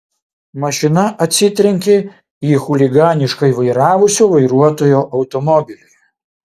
mašina atsitrenkė į chuliganiškai vairavusio vairuotojo automobilį